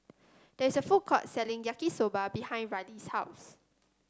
there is a food court selling Yaki Soba behind Riley's house